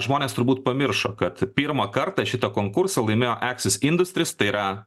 žmonės turbūt pamiršo kad pirmą kartą šitą konkursą laimėjo axis industries tai yra